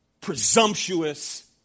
presumptuous